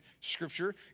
Scripture